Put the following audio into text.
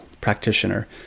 practitioner